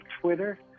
Twitter